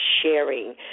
sharing